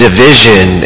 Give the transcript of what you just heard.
Division